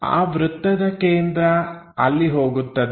ಆ ವೃತ್ತದ ಕೇಂದ್ರ ಅಲ್ಲಿ ಹೋಗುತ್ತದೆ